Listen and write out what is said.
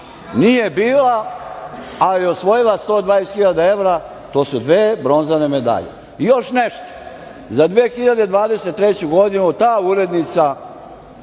Nije bila, ali je osvojila 120 hiljada evra. To su dve bronzane medalje. Još nešto, za 2023. godinu ta urednica